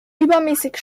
übermäßig